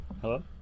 Hello